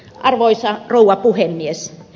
arvoisa rouva puhemies